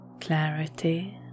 clarity